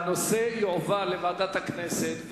שהנושא יועבר לוועדת הכנסת,